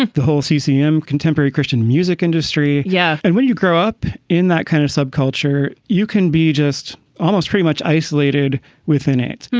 the whole ccn, contemporary christian music industry. yeah. and when you grow up in that kind of subculture, you can be just almost pretty much isolated within it.